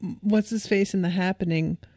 What's-his-face-in-the-happening